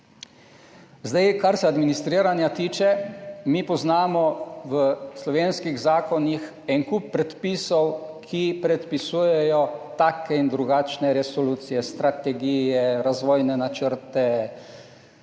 Kar se administriranja tiče, mi poznamo v slovenskih zakonih en kup predpisov, ki predpisujejo take in drugačne resolucije, strategije, razvojne načrte,